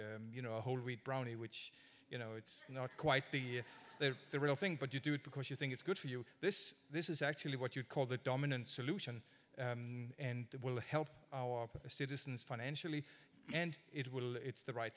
you know a whole wheat brownie which you know it's not quite the they're the real thing but you do it because you think it's good for you this this is actually what you call the dominant solution and that will help our citizens financially and it will it's the right